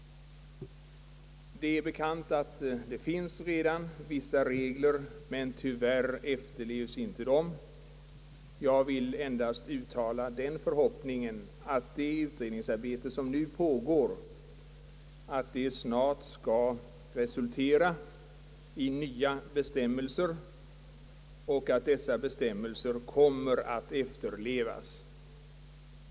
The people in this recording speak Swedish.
Det är allmänt bekant att det redan finns vissa publiceringsregler, men tyvärr efterlevs dessa inte alltid. Jag vill här endast uttala den förhoppningen att det utredningsarbete som nu pågår snart skall resultera i nya, bättre bestämmelser och att dessa bestämmelser verkligen kommer att efterlevas.